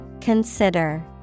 Consider